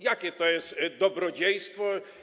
Jakie to jest dobrodziejstwo?